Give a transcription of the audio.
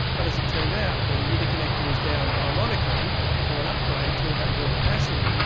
but as it turned out the interconnector was down ironically for an upgrade to ah have more capacity.